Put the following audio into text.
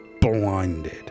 blinded